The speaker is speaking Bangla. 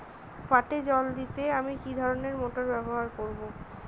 পাটে জল দিতে আমি কি ধরনের মোটর ব্যবহার করব?